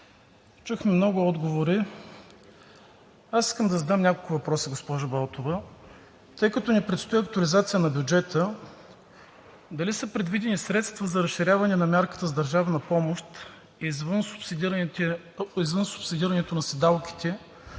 Чухме много отговори. Аз искам да задам няколко въпроса, госпожо Балтова. Тъй като ни предстои актуализация на бюджета, дали са предвидени средства за разширяване на мярката за държавна помощ извън субсидирането на седалките,